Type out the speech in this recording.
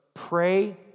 Pray